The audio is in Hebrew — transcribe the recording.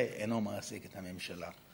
זה לא מעסיק את הממשלה,